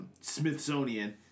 Smithsonian